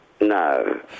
No